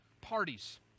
parties